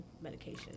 Medication